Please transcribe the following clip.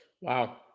Wow